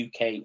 UK